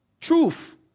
truth